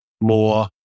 more